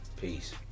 peace